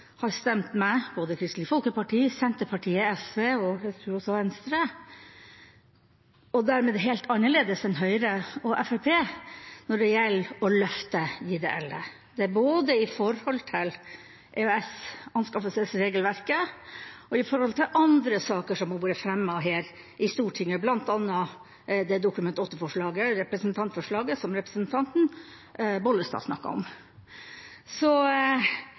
har stemt med både Kristelig Folkeparti, Senterpartiet og SV, og jeg tror også Venstre, og dermed helt annerledes enn Høyre og Fremskrittspartiet, når det gjelder å løfte ideelle, både i forhold til EØS-anskaffelsesregelverket og i andre saker som har vært fremmet her i Stortinget, bl.a. det Dokument 8-forslaget som representanten Bollestad snakket om.